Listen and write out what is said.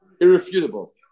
irrefutable